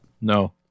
No